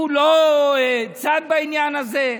הוא לא צד בעניין הזה?